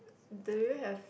do you have